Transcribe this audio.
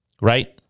right